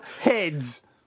heads